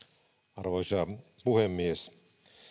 arvoisa puhemies